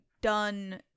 done